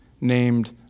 named